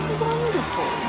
wonderful